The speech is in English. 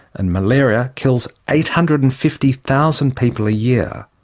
and malaria kills eight hundred and fifty thousand people a year.